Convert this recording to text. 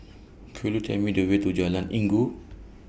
Could YOU Tell Me The Way to Jalan Inggu